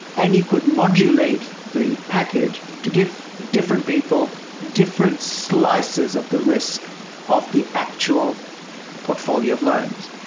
and you could modulate the package to give different people different slices of the risk of the actual portfolio of loans.